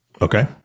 Okay